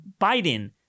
Biden